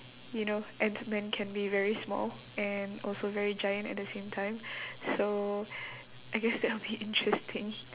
you know ant man can be very small and also very giant at the same time so I guess that will be interesting